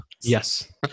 Yes